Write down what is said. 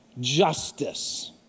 justice